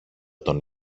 τον